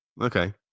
Okay